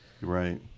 Right